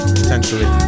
potentially